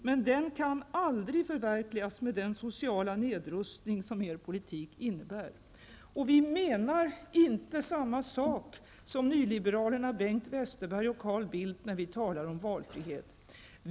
Men den kan aldrig förverkligas med den sociala nedrustning som er politik innebär. Vi menar inte samma sak som nyliberalerna Bengt Westerberg och Carl Bildt, när vi talar om valfrihet.